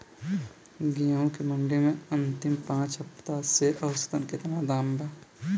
गेंहू के मंडी मे अंतिम पाँच हफ्ता से औसतन केतना दाम बा?